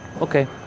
okay